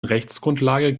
rechtsgrundlage